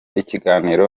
ikiganiro